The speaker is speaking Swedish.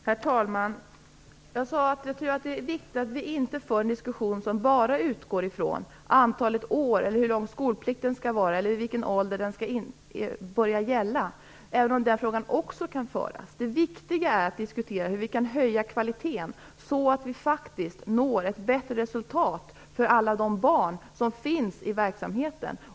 Herr talman! Jag sade att jag tycker att det är viktigt att vi inte för en diskussion som bara utgår ifrån antalet år eller hur lång skolplikten skall vara eller vid vilken ålder den skall börja gälla, även om den frågan också kan diskuteras. Det viktiga är att diskutera hur vi kan höja kvaliteten så att vi faktiskt når ett bättre resultat för alla de barn som finns i verksamheten.